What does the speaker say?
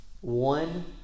One